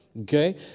Okay